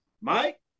Mike